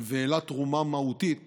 והעלה תרומה מהותית